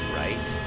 right